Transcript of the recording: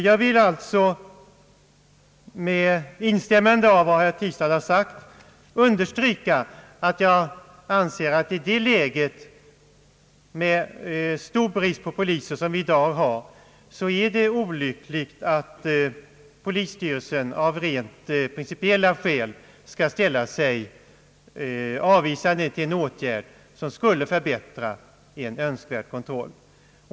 Jag vill alltså med instämmande av vad herr Tistad har sagt understryka, att det i nuvarande läge med stor brist på poliser är olyckligt att polisstyrelsen av rent principiella skäl skall ställa sig avvisande till en åtgärd som skulle förbättra en önskvärd kontroll.